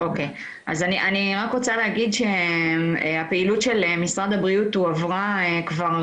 רק רוצה להגיד שהפעילות של משרד הבריאות הועברה כבר